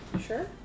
Sure